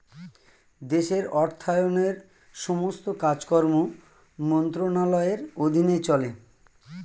দেশের অর্থায়নের সমস্ত কাজকর্ম মন্ত্রণালয়ের অধীনে চলে